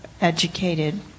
educated